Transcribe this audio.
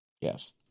Yes